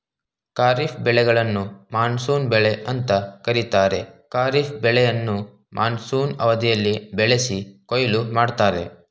ಖಾರಿಫ್ ಬೆಳೆಗಳನ್ನು ಮಾನ್ಸೂನ್ ಬೆಳೆ ಅಂತ ಕರೀತಾರೆ ಖಾರಿಫ್ ಬೆಳೆಯನ್ನ ಮಾನ್ಸೂನ್ ಅವಧಿಯಲ್ಲಿ ಬೆಳೆಸಿ ಕೊಯ್ಲು ಮಾಡ್ತರೆ